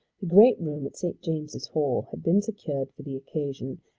the great room at st. james's hall had been secured for the occasion,